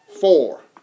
four